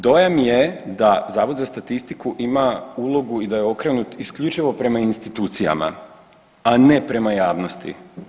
Dojam je da zavod za statistiku ima ulogu i da je okrenut isključivo prema institucijama, a ne prema javnosti.